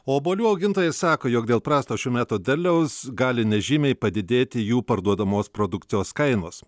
obuolių augintojai sako jog dėl prasto šių metų derliaus gali nežymiai padidėti jų parduodamos produkcijos kainos